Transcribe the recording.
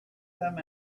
them